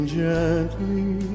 gently